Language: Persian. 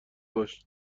باش